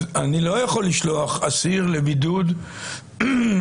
אז אני לא יכול לשלוח אסיר לבידוד אצל